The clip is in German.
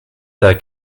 der